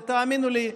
ותאמינו לי,